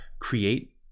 create